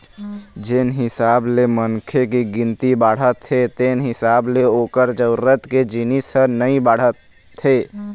जेन हिसाब ले मनखे के गिनती बाढ़त हे तेन हिसाब ले ओखर जरूरत के जिनिस ह नइ बाढ़त हे